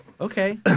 Okay